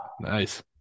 nice